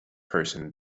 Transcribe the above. person